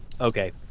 Okay